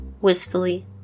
wistfully